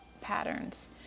Patterns